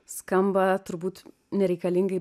skamba turbūt nereikalingai